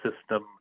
system